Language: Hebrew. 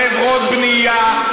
חברות בנייה,